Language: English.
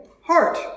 heart